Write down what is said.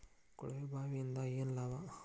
ಕೊಳವೆ ಬಾವಿಯಿಂದ ಏನ್ ಲಾಭಾ?